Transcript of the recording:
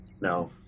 No